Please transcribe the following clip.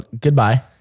Goodbye